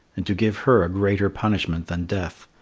and to give her a greater punishment than death.